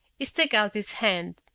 he stuck out his hand.